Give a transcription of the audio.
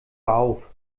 auf